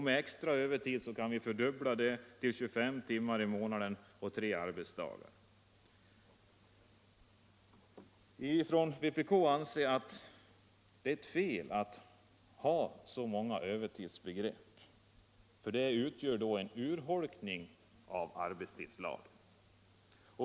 Med extra övertid kan man komma upp till det dubbla, dvs. 25 timmar i månaden eller tre arbetsdagar. I vpk anser vi att det är fel att ha så många övertidsbegrepp, eftersom de urholkar arbetstidslagen.